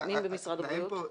משרד הפנים ומשרד הבריאות?